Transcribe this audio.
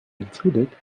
included